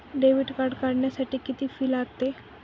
Debit card काढण्यासाठी किती fee लागते?